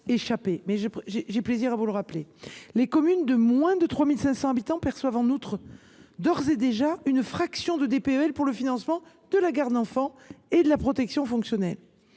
mais j’ai plaisir à vous le rappeler. Les communes de moins de 3 500 habitants perçoivent en outre d’ores et déjà une fraction de DPEL pour le financement de la garde d’enfants et de la protection fonctionnelle.